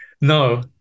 no